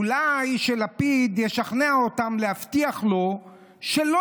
אולי שלפיד ישכנע אותם להבטיח לו שלא